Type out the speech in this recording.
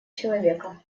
человека